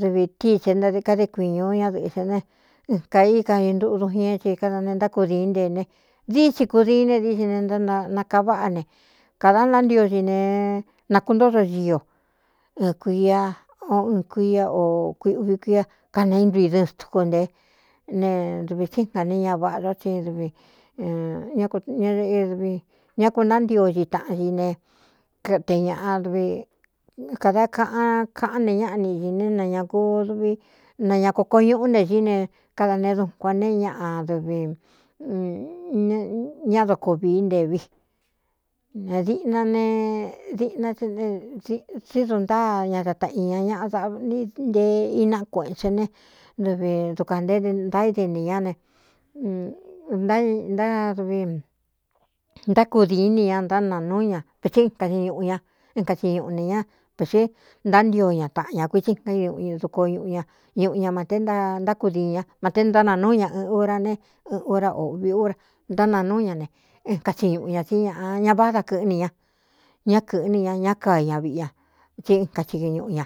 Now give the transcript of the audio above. dɨvi tíi tse nkade kuiñu ñádɨꞌɨ̄ se ne ɨn kaí ka i ntuꞌu dun ñá ci kada ne ntákudiín ntee ne dií tsi kudiin ne dií tsi ne nánakaaváꞌa ne kāda na ntio si ne nakuntódo zio ɨn kuia o ɨn kuia o kuivi kuia kane íntui dɨɨn stuku nté ne dvī tsíngā ne ña vaꞌā dó tsi dvñɨdvi ñá ku ntántio ñi taꞌan ci ne te ñāꞌa dvi kāda kaꞌan kaꞌán ne ñáꞌ niꞌi ī ne nañā kudvi na ña koko ñuꞌú nte cií ne kada neé dukuān nee ñaꞌa dɨvi ñá dokoo vií ntevi ne diꞌna ne diꞌna ne tsíídun ntáa ña data i ña ña a n ntee iná kuēꞌchen ne dɨvi dukuān ntéé ntaíde nī ñá nenádvi ntákudiin ini ña ntánaa núú ña vitsi ñꞌu ñɨn kati ñuꞌu ne ña viti ntántio ña taꞌan ñā kuitsí á duko ñꞌu ña ñuꞌu ña mte nntákudii ña mate ntánaa núu ña ɨɨn ura ne n urá oꞌvi úra ntánaa núu ña ne n katsiñuꞌu ñā tsí ñña váꞌda kɨ̄ꞌɨ́ni ña ñá kɨ̄ꞌɨ nɨ ña ñá ka ña viꞌi ña tsí ɨn kachi kɨ ñuꞌu ña.